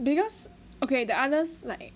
because okay the others like